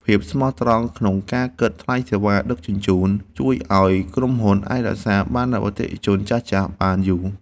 ភាពស្មោះត្រង់ក្នុងការគិតថ្លៃសេវាដឹកជញ្ជូនជួយឱ្យក្រុមហ៊ុនអាចរក្សាបាននូវអតិថិជនចាស់ៗបានយូរ។